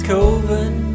Coven